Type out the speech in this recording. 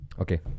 okay